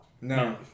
No